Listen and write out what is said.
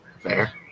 fair